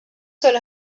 sol